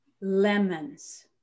lemons